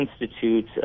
institute